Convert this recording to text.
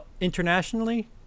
Internationally